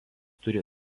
turi